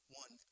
one